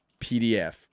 PDF